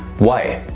why?